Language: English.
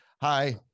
Hi